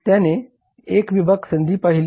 त्याने एक संभाव्य संधी पाहिली